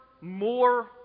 more